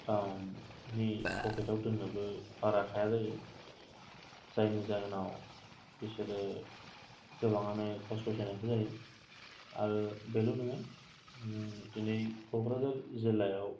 नि पकेथाव दोनोबो बारा थाया जायो जायनि जाहोनाव बिसोरो गोबांआनो खस्थ' सहायनांगौ जायो आरो बेल' नङा दिनै क'क्राझार जिल्लायाव